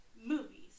movies